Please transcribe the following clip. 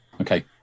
Okay